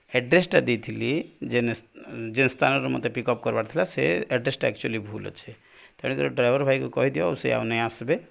ଆଡ଼୍ରେସ୍ଟା ଦେଇଥିଲି ଯେନ୍ ଯେନ୍ ସ୍ଥାନରୁ ମତେ ପିକ୍ ଅପ୍ କର୍ବାର୍ଥିଲା ସେ ଆଡ଼୍ରେସ୍ଟା ଆକ୍ଚୁଆଲି ଭୁଲ୍ ଅଛେ ତେଣୁ କରି ଡ୍ରାଇଭର୍ ଭାଇକୁ କହିଦିଅ ଆଉ ସେ ଆଉ ନେଇ ଆସ୍ବେ